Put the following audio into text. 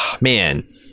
Man